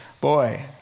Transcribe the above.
boy